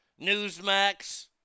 Newsmax